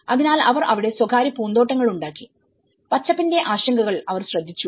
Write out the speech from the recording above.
അതിനാൽ അവർ അവിടെ സ്വകാര്യ പൂന്തോട്ടങ്ങളുണ്ടാക്കിപച്ചപ്പിന്റെ ആശങ്കകൾ അവർ ശ്രദ്ധിച്ചു